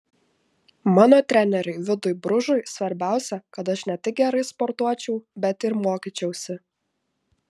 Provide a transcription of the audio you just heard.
mano treneriui vidui bružui svarbiausia kad aš ne tik gerai sportuočiau bet ir mokyčiausi